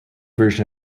version